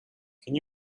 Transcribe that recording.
can